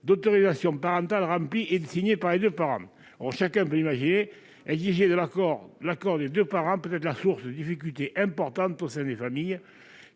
d'autorisation parentale rempli et signé par les deux parents. Or, chacun peut l'imaginer, le fait d'exiger l'accord des deux parents peut être une source de difficultés importantes au sein des familles,